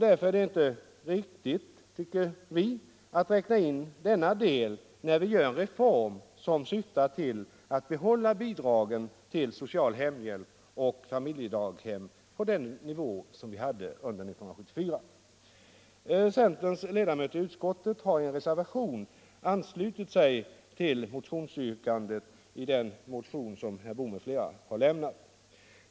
Därför är det inte riktigt, tycker vi, att räkna in denna del när vi genomför en reform som syftar till att behålla bidragen till social hemhjälp och familjedaghem på den nivå som de haft under 1974.